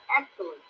excellent